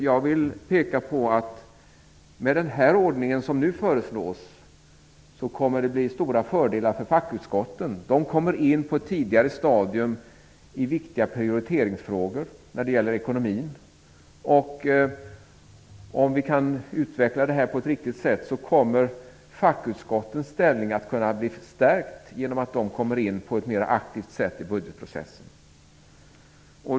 Jag vill peka på att det med den ordning som nu föreslås kommer att bli stora fördelar för fackutskotten. De kommer in på ett tidigare stadium när det gäller viktiga ekonomiska prioriteringsfrågor. Om vi kan utveckla detta på ett riktigt sätt kommer fackutskottens ställning att kunna stärkas genom att de kommer in på ett mera aktivt sätt i budgetprocessen.